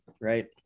right